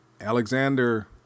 Alexander